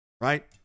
right